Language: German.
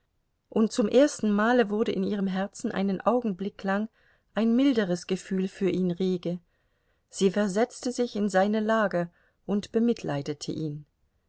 und zum ersten male wurde in ihrem herzen einen augenblick lang ein milderes gefühl für ihn rege sie versetzte sich in seine lage und bemitleidete ihn